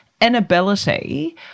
Inability